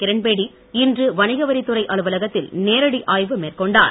கிரண்பேடி இன்று வணிகவரித்துறை அலுவலகத்தில் நேரடி ஆய்வு மேற்கொண்டார்